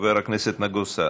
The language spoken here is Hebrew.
חבר הכנסת נגוסה,